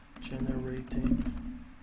generating